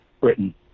Britain